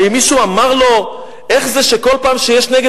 האם מישהו אמר לו איך זה שכל פעם שיש נגד